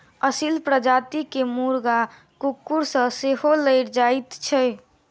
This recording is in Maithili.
असील प्रजातिक मुर्गा कुकुर सॅ सेहो लड़ि जाइत छै